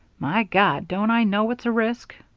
my god, don't i know it's a risk!